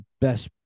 best